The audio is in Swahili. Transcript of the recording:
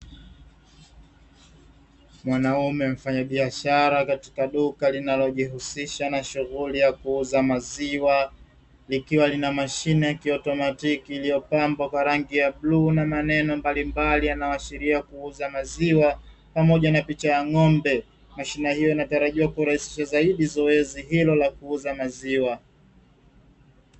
Mwanaume mfanyabiashara katika duka linalojihusisha na shughuli ya kuuza maziwa, likiwa lina mashine ya kiautomatiki iliyopambwa kwa rangi ya bluu na maneno mbalimbali yanayoashiria kuuza maziwa pamoja na picha ya ng'ombe. Mashine hiyo inatarajiwa kurahisisha zaidi zoezi hilo la kuuza maziwa.